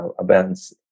events